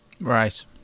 Right